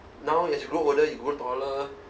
now as you grow older you grow taller